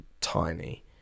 tiny